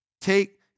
take